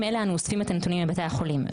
אלו אנו אוספים את הנתונים מבתי החולים.